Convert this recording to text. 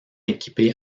équipés